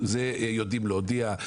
את זה יודעים להודיע.